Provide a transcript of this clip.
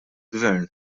gvern